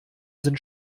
sind